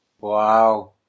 Wow